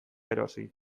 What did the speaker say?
erosi